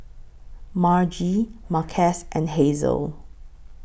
Margie Marques and Hazelle